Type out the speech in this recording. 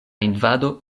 invado